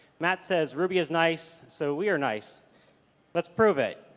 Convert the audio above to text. matt says, ruby is nice so we are nice let's prove it.